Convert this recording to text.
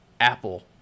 Apple